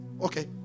Okay